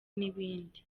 n’ibindi